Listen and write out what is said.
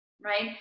right